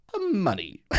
money